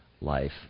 life